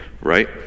right